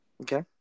Okay